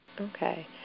Okay